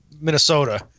minnesota